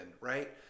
right